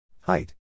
Height